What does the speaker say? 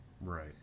right